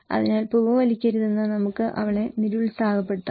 അതിനാൽ പുകവലിക്കരുതെന്ന് നമുക്ക് അവളെ നിരുത്സാഹപ്പെടുത്താം